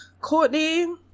courtney